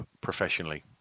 professionally